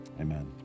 Amen